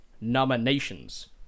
nominations